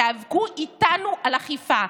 תיאבקו איתנו על אכיפה.